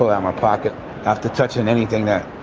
so ah my pocket after touching anything that,